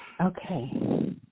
Okay